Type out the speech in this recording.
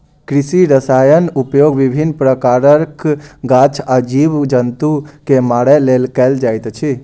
कृषि रसायनक उपयोग विभिन्न प्रकारक गाछ आ जीव जन्तु के मारय लेल कयल जाइत अछि